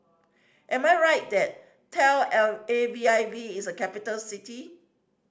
am I right that Tel L A V I V is a capital city